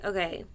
Okay